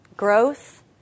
growth